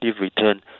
return